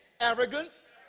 arrogance